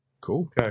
Cool